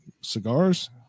cigars